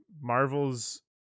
marvel's